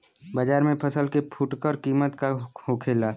बाजार में फसल के फुटकर कीमत का होखेला?